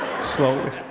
slowly